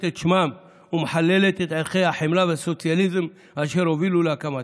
את שמם ומחללת את ערכי החמלה והסוציאליזם אשר הובילו להקמתה.